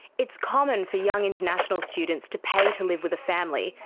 it's common for young international students to pay to live with a family,